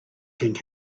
king